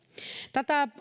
tätä